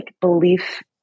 belief